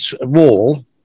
wall